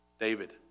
David